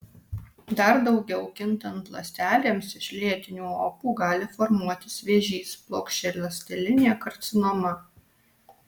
dar daugiau kintant ląstelėms iš lėtinių opų gali formuotis vėžys plokščialąstelinė karcinoma